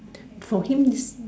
for him